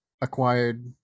acquired